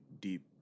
deep